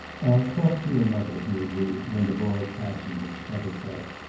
i'll talk to your mother, he agreed, when the boy's passion had spent itself.